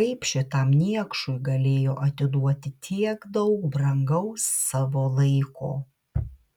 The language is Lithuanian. kaip šitam niekšui galėjo atiduoti tiek daug brangaus savo laiko